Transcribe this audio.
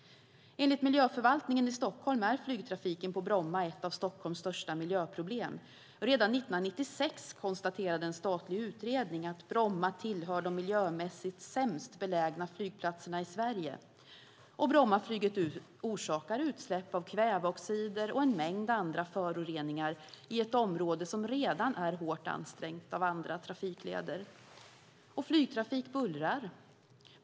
Enligt Miljöförvaltningen i Stockholm är flygtrafiken på Bromma ett av Stockholms största miljöproblem. Redan 1996 konstaterade en statlig utredning att "Bromma tillhör de miljömässigt sämst belägna flygplatserna i Sverige". Brommaflyget orsakar utsläpp av kväveoxider och en mängd andra föroreningar i ett område som redan är hårt ansträngt av andra trafikleder. Flygtrafik bullrar.